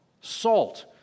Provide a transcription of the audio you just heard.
Salt